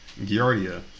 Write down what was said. Giardia